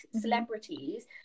celebrities